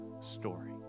story